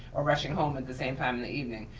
or rushing home at the same time in the evening.